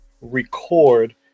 record